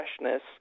freshness